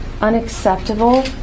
unacceptable